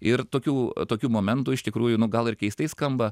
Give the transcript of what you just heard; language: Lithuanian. ir tokių tokių momentų iš tikrųjų nu gal ir keistai skamba